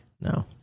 No